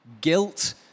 Guilt